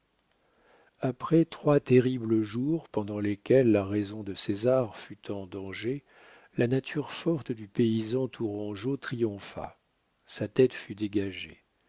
après trois terribles jours pendant lesquels la raison de césar fut en danger la nature forte du paysan tourangeau triompha sa tête fut dégagée